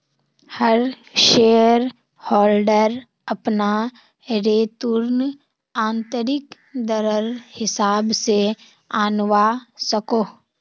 हर shareholder अपना return आंतरिक दरर हिसाब से आंनवा सकोह